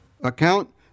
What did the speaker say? account